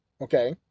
okay